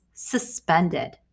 suspended